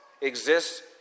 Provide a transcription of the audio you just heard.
exists